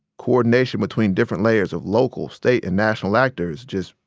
coordination between different layers of local, state, and national actors just,